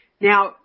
Now